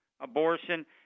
abortion